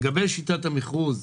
לגבי שיטת המכרוז,